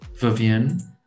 Vivian